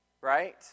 Right